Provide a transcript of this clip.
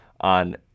on